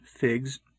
figs